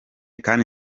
kandi